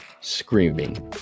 screaming